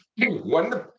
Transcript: One